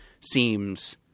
seems